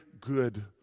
good